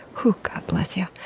hoooh, god bless you.